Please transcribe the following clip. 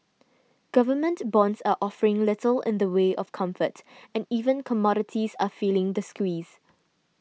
government bonds are offering little in the way of comfort and even commodities are feeling the squeeze